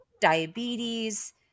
diabetes